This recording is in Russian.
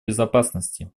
безопасности